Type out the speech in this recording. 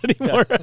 anymore